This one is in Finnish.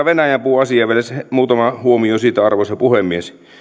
venäjän puuasiasta vielä muutama huomio arvoisa puhemies